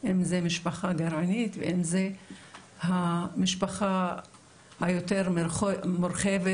אם זה משפחה גרעינית ואם זה המשפחה היותר מורחבת,